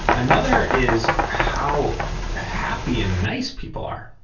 another is how happy and nice people are.